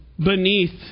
beneath